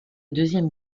deuxième